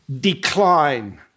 decline